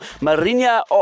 Marina